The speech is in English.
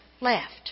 left